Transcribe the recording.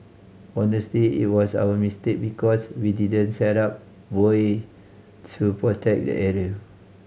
honestly it was our mistake because we didn't set up buoy to protect the area